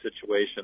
situation